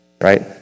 right